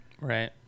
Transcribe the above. Right